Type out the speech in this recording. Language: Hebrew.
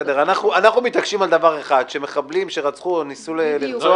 אנחנו מתעקשים על דבר אחד: שמחבלים שרצחו או ניסו לרצוח